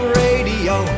radio